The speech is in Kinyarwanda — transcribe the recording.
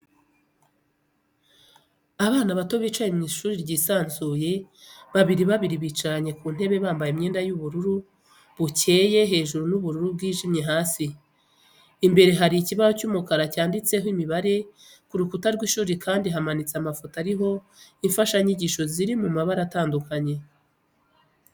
Abana bato bicaye mu ishuri ryisanzuye, babiri babiri bicaranye ku ntebe bambaye imyenda y'ubururu bukeye hejuru n'ubururu bwijimye hasi, imbere hari ikibaho cy'umukara cyanditseho imibare, ku rukuta rw'ishuri kandi hamanitse amafoto ariho imfashanyigisho ziri mu mabara atandukanye.